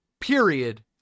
period